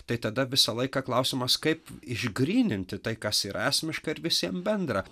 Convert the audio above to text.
tai tada visą laiką klausimas kaip išgryninti tai kas yra esmiška ir visiems bendra